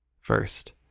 First